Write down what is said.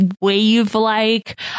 wave-like